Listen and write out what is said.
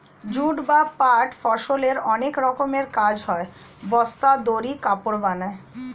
jute বা পাট ফসলের অনেক রকমের কাজ হয়, বস্তা, দড়ি, কাপড় বানায়